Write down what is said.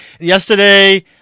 Yesterday